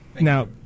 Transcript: Now